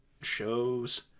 shows